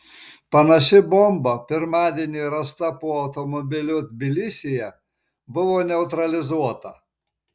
panaši bomba pirmadienį rasta po automobiliu tbilisyje buvo neutralizuota